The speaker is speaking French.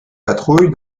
patrouilles